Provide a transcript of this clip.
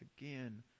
again